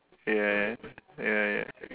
ya ya ya ya